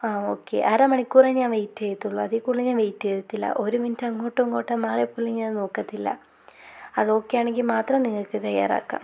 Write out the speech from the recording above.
ആ ഓക്കെ അരമണിക്കൂറെ ഞാന് വെയിറ്റ് ചെയ്യത്തുള്ളൂ അതില് കുടുതല് ഞാന് വെയിറ്റ് ചെയ്യത്തില്ല ഒരു മിനിറ്റ് അങ്ങോട്ടും ഇങ്ങോട്ടും മാറിയാൽ പോലും ഞാൻ നോക്കത്തില്ല അത് ഓക്കെയാണെങ്കില് മാത്രം നിങ്ങള്ക്ക് തയ്യാറാക്കാം